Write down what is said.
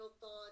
thoughts